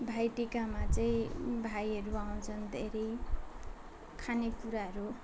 भाइटिकामा चाहिँ भाइहरू आउँछन् धेरै खाने कुराहरू